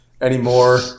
anymore